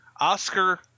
Oscar